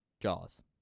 Jaws